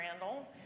Randall